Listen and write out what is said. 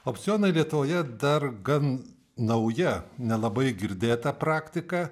opcionai lietuvoje dar gan nauja nelabai girdėta praktika